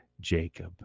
Jacob